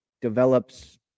develops